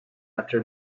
after